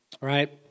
Right